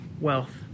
wealth